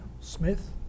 Smith